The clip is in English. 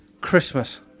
Christmas